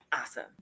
awesome